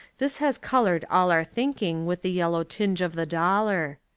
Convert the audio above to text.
this has coloured all our thinking with the yellow tinge of the dollar.